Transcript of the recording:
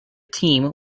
team